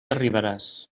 arribaràs